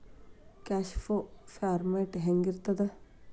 Cash ಫೋ format ಹೆಂಗಿರ್ತದ?